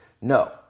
No